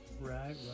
Right